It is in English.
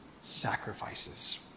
sacrifices